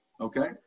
Okay